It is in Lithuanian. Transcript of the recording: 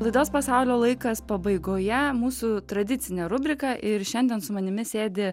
laidos pasaulio laikas pabaigoje mūsų tradicinė rubrika ir šiandien su manimi sėdi